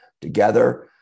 together